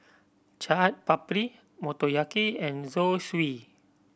Chaat Papri Motoyaki and Zosui